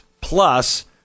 plus